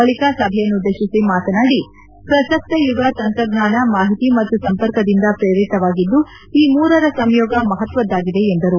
ಬಳಿಕ ಸಭೆಯನ್ನುದ್ದೇಶಿಸಿ ಮಾತನಾಡಿ ಪ್ರಸಕ್ತ ಯುಗ ತಂತ್ರಜ್ಞಾನ ಮಾಹಿತಿ ಮತ್ತು ಸಂಪರ್ಕದಿಂದ ಪ್ರೇರಿತವಾಗಿದ್ದು ಈ ಮೂರರ ಸಂಯೋಗ ಮಹತ್ವದ್ದಾಗಿದೆ ಎಂದರು